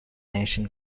nation